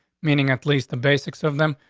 meaning at least the basics of them.